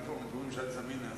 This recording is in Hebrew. אם כבר מדברים על ממשל זמין,